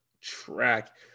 track